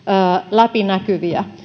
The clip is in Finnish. läpinäkyviä